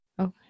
Okay